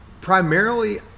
Primarily